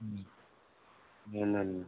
వెల్లుల్లి